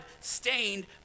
stained